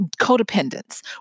codependence